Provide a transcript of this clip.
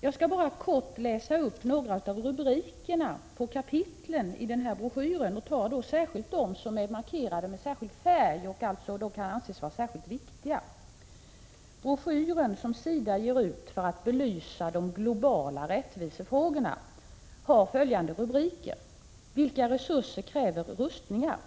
Jag skall bara kort läsa upp några av rubrikerna på kapitlen i denna broschyr och tar dem som är särskilt markerade med färg och alltså kan anses vara speciellt viktiga. Broschyren, som SIDA ger ut för att belysa de globala rättvisefrågorna, har således bl.a. följande rubriker: ”- Vilka resurser kräver rustningar?